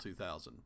2000